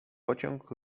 pociąg